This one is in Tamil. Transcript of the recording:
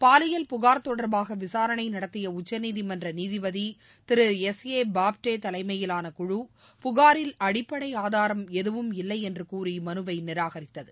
பாலியல் புகார் தொடர்பாக விசாரணை நடத்திய உச்சநீதிமன்ற நீதிபதி திரு எஸ் ஏ பாப்டே தலைமையிலான குழு புகாரில் அடிப்படை ஆதாரம் எதுவும் இல்லை என்று கூறி மனுவை நிராகரித்தது